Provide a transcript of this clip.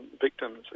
victims